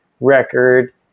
record